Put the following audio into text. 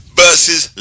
versus